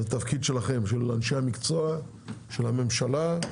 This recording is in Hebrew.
זה התפקיד שלכם, של אנשי המקצוע, של הממשלה,